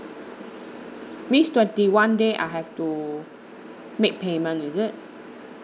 means twenty one day I have to make payment is it